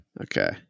Okay